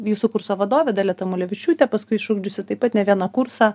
jūsų kurso vadovė dalia tamulevičiūtė paskui išugdžiusi taip pat ne vieną kursą